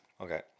Okay